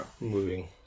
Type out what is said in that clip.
moving